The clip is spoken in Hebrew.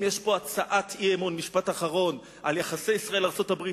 אם יש פה הצעת אי-אמון על יחסי ישראל ארצות-הברית,